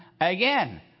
again